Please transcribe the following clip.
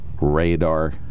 radar